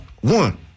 one